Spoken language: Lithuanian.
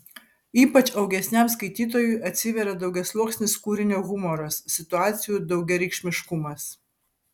ypač augesniam skaitytojui atsiveria daugiasluoksnis kūrinio humoras situacijų daugiareikšmiškumas